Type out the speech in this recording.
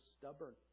stubborn